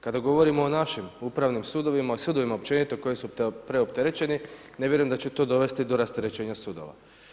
Kada govorimo o našim Upravnim sudovima i sudovima općenito koji su preopterećeni, ne vjerujem da će to dovesti do rasterećenja sudova.